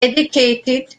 dedicated